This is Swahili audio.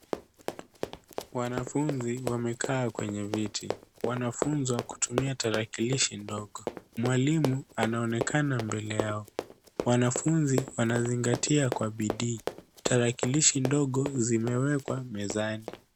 Wanafunzi wamekaa kwenye viti, wanafunzi wa kutumia tarakilishi ndogo. Mwalimu anaonekana mbele yao, wanafunzi wanazingatia kwa bidii. Tarakilishi ndogo zimewekwa mezani.